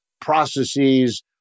processes